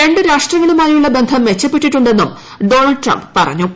ര ് രാഷ്ട്രങ്ങളുമായുള്ള ബന്ധം മെച്ചപ്പെട്ടിട്ടുടെ ന്നും ഡൊണൾഡ് ട്രംപ് പറഞ്ഞു